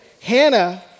Hannah